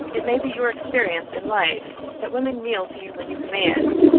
it may be your experience in life that women kneel to you when you command.